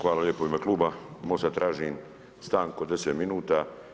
Hvala lijepo u ime kluba MOST-a tražim stanku od 10 minuta.